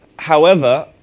however,